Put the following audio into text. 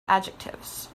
adjectives